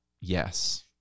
Yes